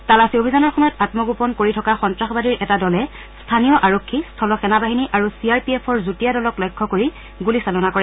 তালাচী অভিযানৰ সময়ত আমগোপন কৰি থকা সন্তাসবাদীৰ এটা দলে স্থানীয় আৰক্ষী স্থল সেনাবাহিনী আৰু চি আৰ পি এফৰ যুটীয়া দলক লক্ষ্য কৰি গুলী চালনা কৰে